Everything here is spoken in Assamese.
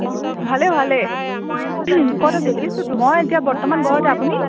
অঁ ভালেই ভালেই ক'ত আছে এতিয়া মই এতিয়া বৰ্তমান ঘৰতে আপুনি